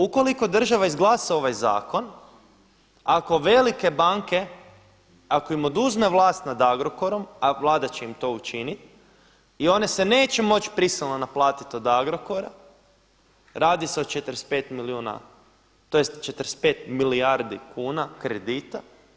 Ukoliko država izglasa ovaj zakon, ako velike banke, ako im oduzme vlast nad Agrokorom, a Vlada će im to učiniti i one se neće moći prisilno naplatiti od Agrokora, radi se o 45 milijuna, tj. 45 milijardi kuna kredita.